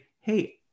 hey